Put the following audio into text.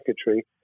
secretary